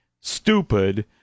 stupid